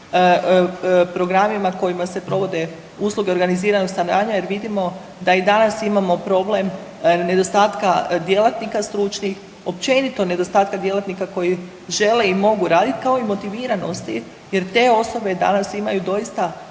programima kojima se provode usluge organiziranog stanovanja jer vidimo da i danas imamo problem nedostatka djelatnika stručnih općenito nedostatka djelatnika koji žele i mogu raditi kao i motiviranosti jer te osobe danas imaju doista